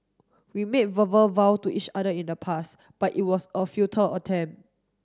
we made verbal vow to each other in the past but it was a futile attempt